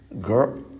Girl